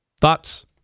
Thoughts